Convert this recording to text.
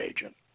agent